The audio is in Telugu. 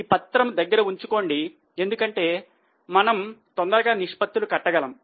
ఈ పత్రం దగ్గర ఉంచుకోండి ఎందుకంటే మనము తొందరగా నిష్పత్తులు కట్టగలం